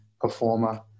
performer